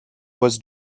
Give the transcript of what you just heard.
was